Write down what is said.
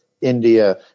India